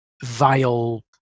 vile